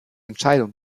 entscheidung